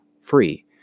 free